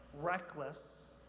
reckless